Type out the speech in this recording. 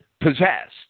possessed